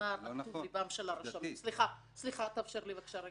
הרשם דוחה את הבקשה של הזוכה,